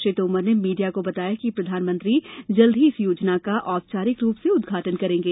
श्री तोमर ने मीडिया को बताया कि प्रधानमंत्री जल्द ही इस योजना का औपचारिक रूप से उद्घाटन करेंगे